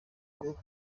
ngo